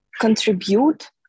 contribute